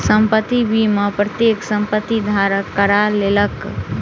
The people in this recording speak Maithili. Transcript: संपत्ति बीमा प्रत्येक संपत्ति धारक करा लेलक